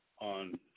on